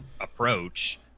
approach